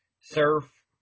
surf